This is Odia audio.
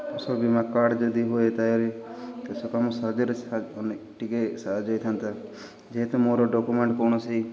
ଫସଲ ବୀମା କାର୍ଡ଼ ଯଦି ହୁଏ ତାହାରି ଚାଷ କାମ ସାହାଯ୍ୟରେ ସା ଅନେକ ଟିକେ ସାହାଯ୍ୟ ହେଇଥାନ୍ତା ଯେହେତୁ ମୋର ଡକ୍ୟୁମେଣ୍ଟ କୌଣସି